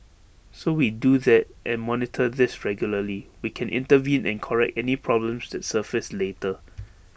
so we do that and monitor this regularly we can intervene and correct any problems that surface later